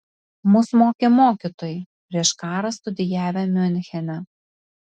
mus mokė mokytojai prieš karą studijavę miunchene